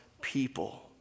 people